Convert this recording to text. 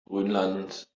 grönland